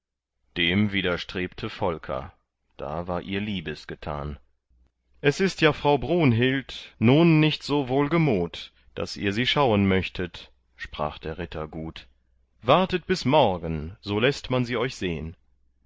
dem widerstrebte volker da war ihr liebes getan es ist ja frau brunhild nun nicht so wohlgemut daß ihr sie schauen möchtet sprach der ritter gut wartet bis morgen so läßt man sie euch sehn